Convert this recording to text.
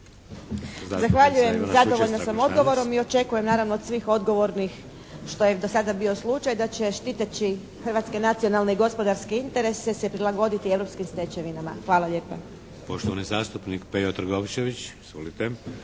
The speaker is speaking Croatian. Zahvaljujem. Zadovoljna sam odgovorom i očekujem, naravno, od svih odgovornih što je do sada bio slučaj, da će štiteći hrvatske nacionalne i gospodarske interese se prilagoditi europskim stečevinama. Hvala lijepa. **Šeks, Vladimir (HDZ)** Poštovani zastupnik Pejo Trgovčević. Izvolite.